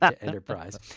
Enterprise